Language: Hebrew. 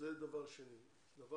דבר נוסף.